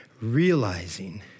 realizing